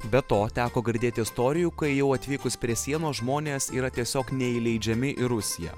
be to teko girdėti istorijų kai jau atvykus prie sienos žmonės yra tiesiog neįleidžiami į rusiją